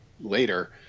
later